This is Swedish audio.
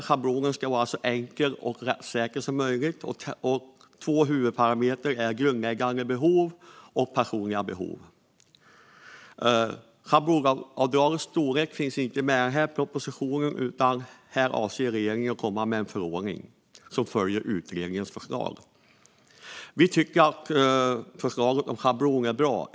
Schablonen ska vara så enkel och så rättssäker som möjligt, och två huvudparametrar är grundläggande behov och personliga behov. Schablonavdragets storlek finns inte med i den här propositionen, utan regeringen avser att komma med en förordning som följer utredningens förslag. Vi tycker att förslaget om en schablon är bra.